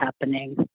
happening